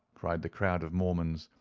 cried the crowd of mormons,